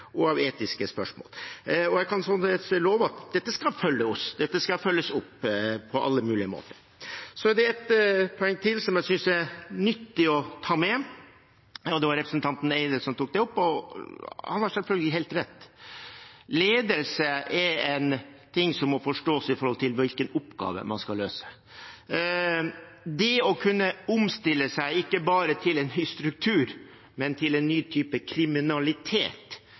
og av etiske spørsmål. Og jeg kan love at dette skal følges opp på alle mulige måter. Så er det et poeng til som jeg synes er nyttig å ta med. Det var representanten Eide som tok det opp, og han har selvfølgelig helt rett – ledelse er noe som må forstås i forhold til hvilken oppgave man skal løse. Det å kunne omstille seg, ikke bare til en ny struktur, men til en ny type kriminalitet,